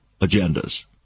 agendas